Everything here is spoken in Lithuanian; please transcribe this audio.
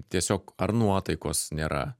tiesiog ar nuotaikos nėra